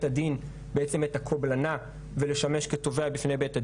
הדין את הקובלנה ולשמש כתובע בפני בית הדין.